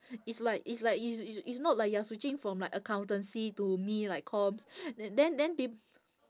it's like it's like it's it's it's not like you are switching from like accountancy to me like comms then then peop~